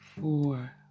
four